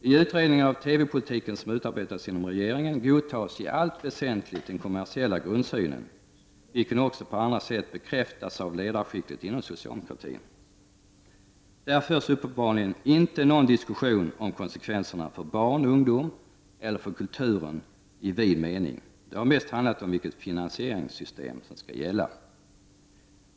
I utredningen om TV-politiken, som gjorts inom regeringen, godtas i allt väsentligt den kommersiella grundsynen, vilken också på andra sätt bekräftas av ledarskiktet inom socialdemokratin. Där förs uppenbarligen inte någon diskussion om konsekvenserna för barn och ungdom eller för kulturen i vid mening. Det har mest handlat om vilket finansieringssystem som skall gälla.